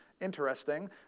interesting